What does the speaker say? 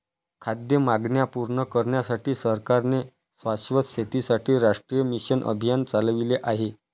खाद्य मागण्या पूर्ण करण्यासाठी सरकारने शाश्वत शेतीसाठी राष्ट्रीय मिशन अभियान चालविले आहे